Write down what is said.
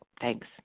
Thanks